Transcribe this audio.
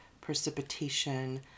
precipitation